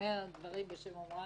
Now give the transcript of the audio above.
דברים בשם אומרם מביא גאולה לעולם.